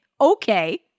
Okay